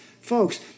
folks